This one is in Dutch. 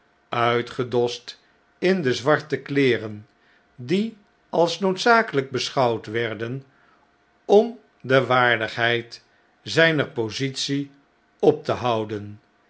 uitgedost in de zwarte kleeren die als noodzakelijk beschouwd werden om de waardigheid zijner positie op te houden